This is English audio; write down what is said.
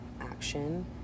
action